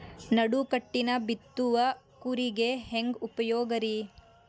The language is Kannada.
ನಡುಕಟ್ಟಿನ ಬಿತ್ತುವ ಕೂರಿಗೆ ಹೆಂಗ್ ಉಪಯೋಗ ರಿ?